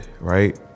right